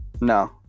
No